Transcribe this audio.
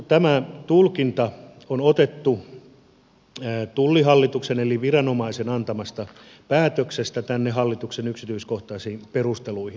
tämä tulkinta on otettu tullihallituksen eli viranomaisen antamasta päätöksestä tänne hallituksen yksityiskohtaisiin perusteluihin